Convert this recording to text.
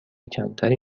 کمتری